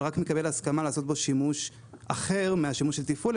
אבל רק מקבל הסכמה לעשות בו שימוש אחר מהשימוש של תפעול,